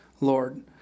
Lord